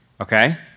okay